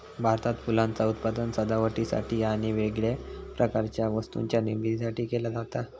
भारतात फुलांचा उत्पादन सजावटीसाठी आणि वेगवेगळ्या प्रकारच्या वस्तूंच्या निर्मितीसाठी केला जाता